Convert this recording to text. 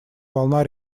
волна